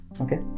okay